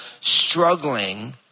struggling